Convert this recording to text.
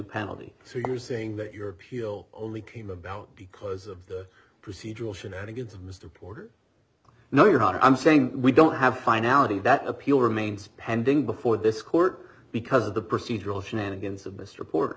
penalty so you're saying that your appeal only came about because of the procedural shenanigans of mr porter no your honor i'm saying we don't have finality that appeal remains pending before this court because of the procedural shenanigans of